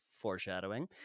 Foreshadowing